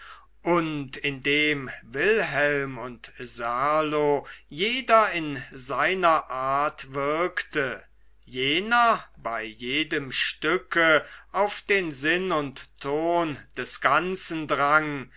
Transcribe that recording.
und indem wilhelm und serlo jeder in seiner art wirkte jener bei jedem stücke auf den sinn und ton des ganzen drang